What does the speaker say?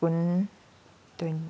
ꯀꯨꯟ